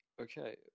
okay